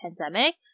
pandemic